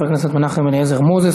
חבר הכנסת מנחם אליעזר מוזס,